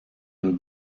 and